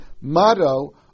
motto